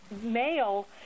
male